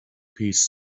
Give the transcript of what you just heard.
piece